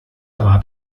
rat